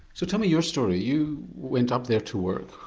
so tell me your story, you went up there to work,